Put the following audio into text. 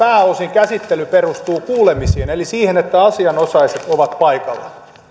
käsittely perustuu pääosin kuulemisiin eli siihen että asianosaiset ovat paikalla